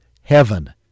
heaven